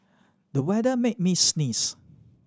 the weather made me sneeze